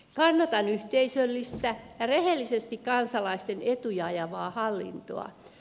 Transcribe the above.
kannatan yhteisöllistä ja rehellisesti kansalaisten etuja ajavaa hallintoa